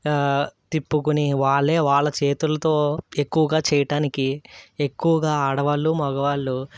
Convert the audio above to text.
తిప్పుకొని వాళ్ళే వాళ్ళ చేతులతో ఎక్కువగా చేయటానికి ఎక్కువగా ఆడవాళ్ళు మగవాళ్ళు